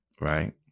right